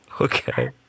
Okay